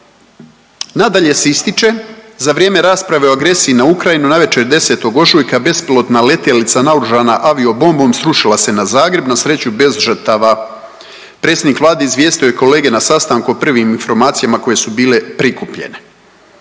Nadalje se ističe za vrijeme rasprave o agresiji na Ukrajinu, navečer 10. ožujka bespilotna letjelica naoružana aviobombom srušila se na Zagreb, na sreću bez žrtava. Predsjednik Vlade izvijestio je kolege na sastanku o prvim informacijama koje su bile prikupljene.